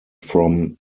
from